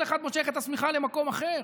כל אחד מושך את השמיכה למקום אחר.